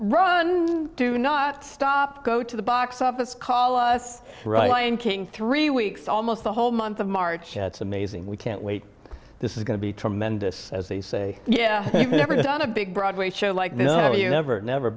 run do not stop go to the box office call us right lion king three weeks almost the whole month of march it's amazing we can't wait this is going to be tremendous as they say yeah you've never done a big broadway show like no you never never